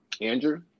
Andrew